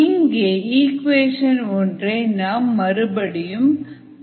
இங்கே இக்குவேஷன் ஒன்றை நாம் மறுபடியும் பார்ப்போம்